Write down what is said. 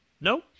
no